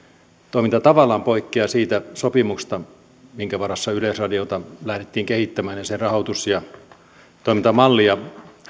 toimintatavallaan poikkeaa siitä sopimuksesta minkä varassa yleisradiota lähdettiin kehittämään ja sen rahoitus ja toimintamallia